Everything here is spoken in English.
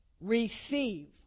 receive